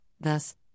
thus